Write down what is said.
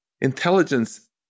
intelligence